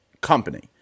company